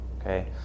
Okay